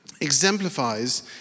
exemplifies